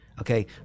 okay